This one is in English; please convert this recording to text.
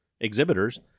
exhibitors